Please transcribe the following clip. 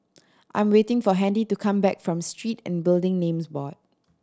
I'm waiting for Handy to come back from Street and Building Names Board